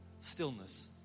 stillness